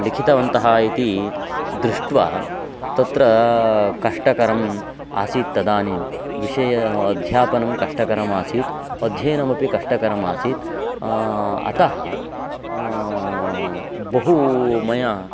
लिखितवन्तः इति दृष्ट्वा तत्र कष्टकरम् आसीत् तदानीं विषयस्य अध्यापनं कष्टकरमासीत् अध्ययनमपि कष्टकरम् आसीत् अतः बहु मया